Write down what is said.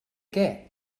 què